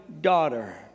daughter